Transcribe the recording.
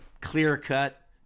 clear-cut